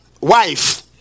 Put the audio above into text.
wife